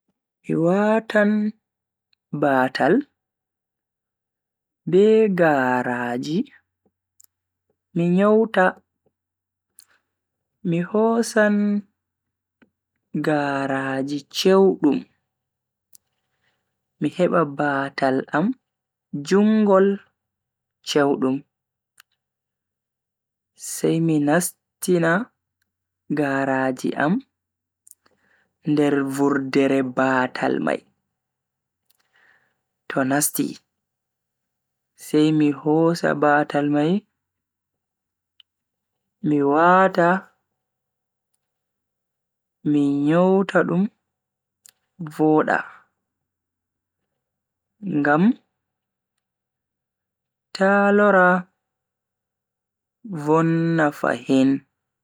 Mi watan batal be garaji mi nyowta. Mi hosan garaaji chewdum mi heba batal am jungol, Chewdum. Sai mi nastina garaaji am nder vurdere bataal mai, to nasti sai mi hosa batal mai mi wata mi nyowta dum voda ngam ta lora vonna fahin.